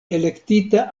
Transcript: elektita